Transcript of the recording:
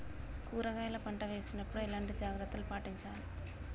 కూరగాయల పంట వేసినప్పుడు ఎలాంటి జాగ్రత్తలు పాటించాలి?